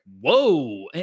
whoa